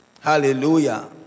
Hallelujah